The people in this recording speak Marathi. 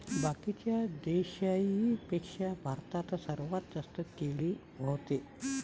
बाकीच्या देशाइंपेक्षा भारतात सर्वात जास्त केळी व्हते